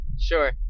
Sure